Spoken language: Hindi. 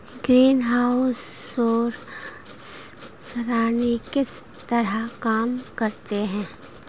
ग्रीनहाउस सौर सरणी किस तरह काम करते हैं